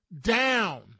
down